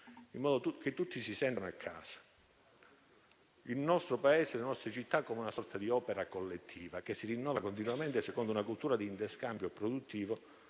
in modo che tutti si sentano a casa. Il nostro Paese e le nostre città vanno visti come una sorta di opera collettiva, che si rinnova continuamente, secondo una cultura di produttivo